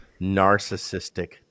narcissistic